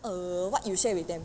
err what you share with them